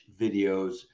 videos